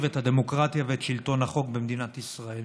את הדמוקרטיה ואת שלטון החוק במדינת ישראל.